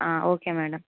okay madam